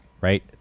right